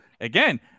again